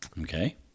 okay